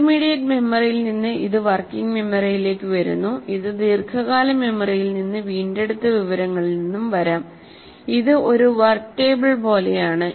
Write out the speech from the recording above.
intermediate മെമ്മറിയിൽ നിന്ന് ഇത് വർക്കിംഗ് മെമ്മറിയിലേക്ക് വരുന്നു ഇത് ദീർഘകാല മെമ്മറിയിൽ നിന്ന് വീണ്ടെടുത്ത വിവരങ്ങളിൽ നിന്നും വരാം ഇത് ഒരു വർക്ക് ടേബിൾ പോലെയാണ്